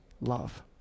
love